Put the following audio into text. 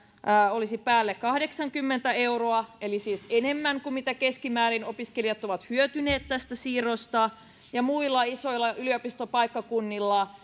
päälle kahdeksankymmentä euroa eli siis enemmän kuin mitä keskimäärin opiskelijat ovat hyötyneet tästä siirrosta ja muilla isoilla yliopistopaikkakunnilla